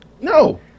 No